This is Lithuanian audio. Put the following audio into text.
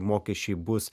mokesčiai bus